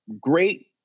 great